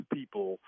people